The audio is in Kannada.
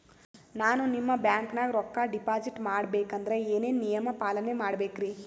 ನಾನು ನಿಮ್ಮ ಬ್ಯಾಂಕನಾಗ ರೊಕ್ಕಾ ಡಿಪಾಜಿಟ್ ಮಾಡ ಬೇಕಂದ್ರ ಏನೇನು ನಿಯಮ ಪಾಲನೇ ಮಾಡ್ಬೇಕ್ರಿ?